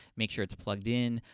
make sure it's plugged in,